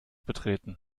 betreten